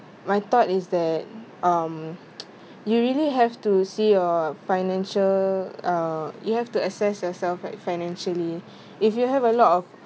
my thought is that um you really have to see your financial uh you have to assess yourself financially if you have a lot of